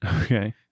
Okay